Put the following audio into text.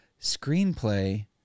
screenplay